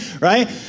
right